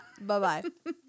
Bye-bye